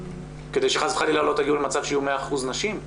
כדי שחס וחלילה לא תגיעו למצב שיהיו 100% נשים?